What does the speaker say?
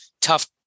tough